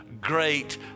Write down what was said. great